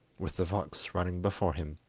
with the fox running before him.